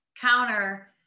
counter